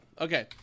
Okay